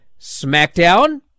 SmackDown